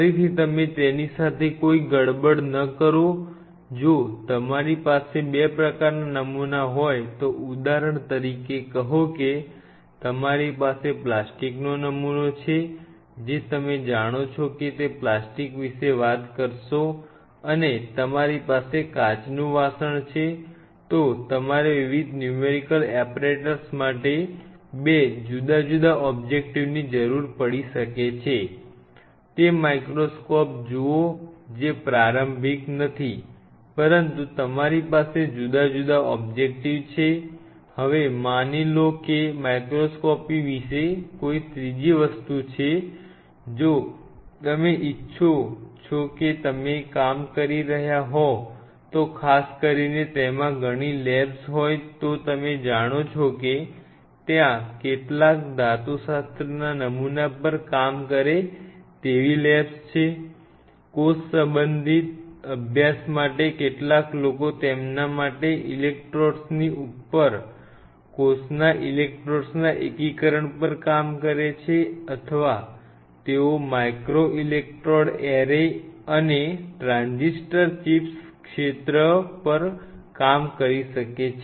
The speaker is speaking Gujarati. ફરીથી તમે તેની સાથે કોઈ ગડબડ ન કરો જો તમારી પાસે બે પ્રકારના નમૂના હોય તો ઉદાહરણ તરીકે કહો કે તમારી પાસે પ્લાસ્ટિકનો નમુનો છે જે તમે જાણો છો કે તે પ્લાસ્ટિક વિશે વાત કરશો અને તમારી પાસે કાચનું વાસણ છે તો તમારે વિવિધ ન્યૂમેરિકલ એપરેટર્સ માટે બે જુદા જુદા ઓબ્જેક્ટીવની જરૂર પડી શકે છે